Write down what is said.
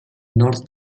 nord